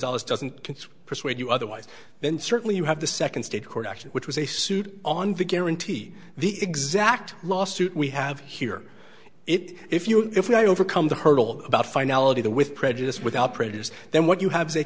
consider persuade you otherwise then certainly you have the second state court action which was a suit on to guarantee the exact lawsuit we have here it if you if not overcome the hurdle about finality the with prejudice without prejudice then what you have